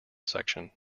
section